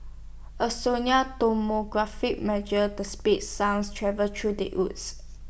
A sonic tomography measures the speed sounds travels through the Woods